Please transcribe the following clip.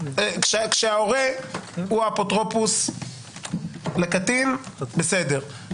כשההורה הוא האפוטרופוס לקטין בסדר.